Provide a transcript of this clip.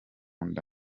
nda